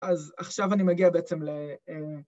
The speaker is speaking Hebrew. ‫אז עכשיו אני מגיע בעצם ל...